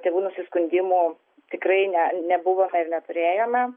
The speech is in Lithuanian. tėvų nusiskundimų tikrai ne nebuvome ir neturėjome